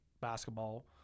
basketball